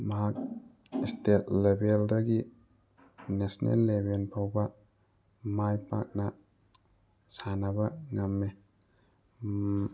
ꯃꯍꯥꯛ ꯏ꯭ꯁꯇꯦꯠ ꯂꯦꯕꯦꯜꯗꯒꯤ ꯅꯦꯁꯅꯦꯜ ꯂꯦꯕꯦꯜ ꯐꯥꯎꯕ ꯃꯥꯏ ꯄꯥꯛꯅ ꯁꯥꯟꯅꯕ ꯉꯝꯃꯦ